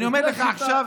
אני אומר לך עכשיו,